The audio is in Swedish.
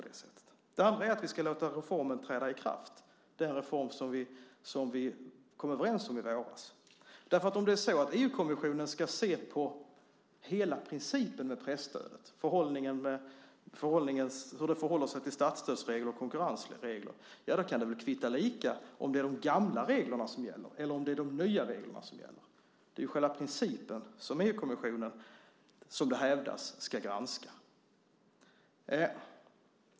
Det andra är att vi ska låta den reform som vi kom överens om i våras träda i kraft. Om EU-kommissionen ska se över hela principen med presstödet, hur den förhåller sig till statsstödsregler och konkurrensregler, kan det kvitta om det är de gamla eller de nya reglerna som gäller. Det är själva principen som EU-kommissionen, som det hävdas, ska granska.